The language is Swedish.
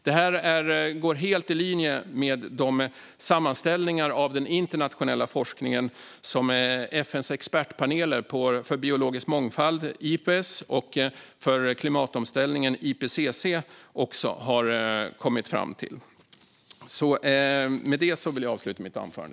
Detta är helt i linje med de sammanställningar av den internationella forskningen som gjorts av FN:s expertpaneler för biologisk mångfald, IPBES, och för klimatomställningen, IPCC. Med detta vill jag avsluta mitt anförande.